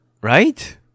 Right